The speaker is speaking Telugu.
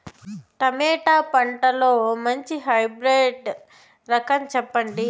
టమోటా పంటలో మంచి హైబ్రిడ్ రకం చెప్పండి?